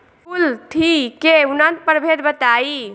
कुलथी के उन्नत प्रभेद बताई?